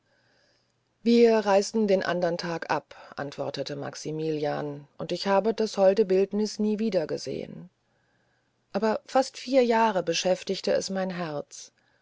wir reisten den andern tag ab antwortete maximilian und ich habe das holde bildnis nie wiedergesehen aber fast vier jahre beschäftigte es mein herz